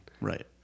right